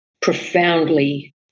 profoundly